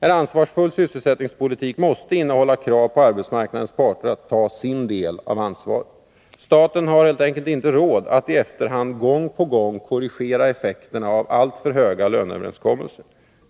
En ansvarsfull sysselsättningspolitik måste innehålla krav på arbetsmarknadens parter att ta sin del av ansvaret. Staten har helt enkelt inte råd att i efterhand gång på gång korrigera effekterna av alltför kostsamma löneöverenskommelser.